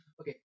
Okay